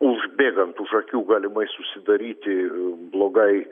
užbėgant už akių galimai susidaryti blogai